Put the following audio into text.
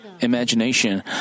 imagination